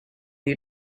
you